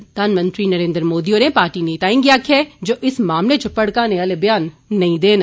प्रधानमंत्री नरेन्द्र मोदी होरें पार्टी नेताएं गी आक्खेआ ऐ जे ओ इस मामले च भड़काने आले ब्यान नेईं देन